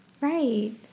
Right